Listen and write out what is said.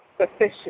sufficient